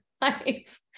life